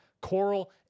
Coral